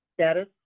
Status